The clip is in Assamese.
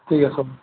ঠিক আছে